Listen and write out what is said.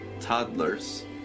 toddlers